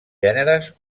gèneres